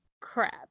crap